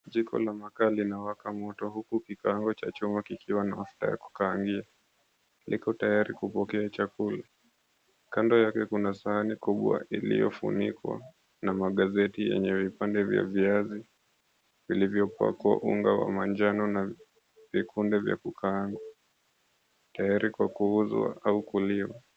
Jiko la makaa linawaka moto huku kikaango cha chuma kikiwa na mafuta ya kukaangia, kiko tayari kupokea chakula. Kando yake kuna sahani kubwa iliyofunikwa na magazeti yenye vipande vya viazi vilivyopakwa unga wa manjano na vikunde vya kukaanga tayari kwa kuuzwa au kuliwa.